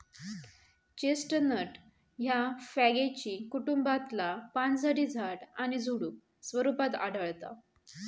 chestnut ह्या फॅगेसी कुटुंबातला पानझडी झाड किंवा झुडुप स्वरूपात आढळता